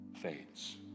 fades